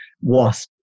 wasp